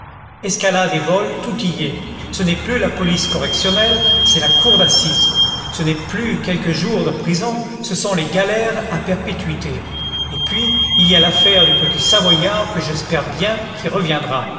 escalade et vol tout y est ce n'est plus la police correctionnelle c'est la cour d'assises ce n'est plus quelques jours de prison ce sont les galères à perpétuité et puis il y a l'affaire du petit savoyard que j'espère bien qui reviendra